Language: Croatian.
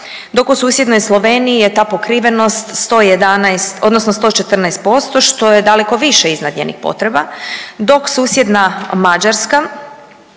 dok u susjednoj Sloveniji je ta pokrivenost 111 odnosno 114% što je dakle više iznad njenih potreba dok susjedna Mađarska